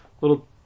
little